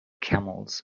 camels